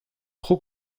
trop